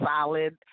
solid